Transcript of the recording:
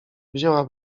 wzięła